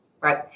Right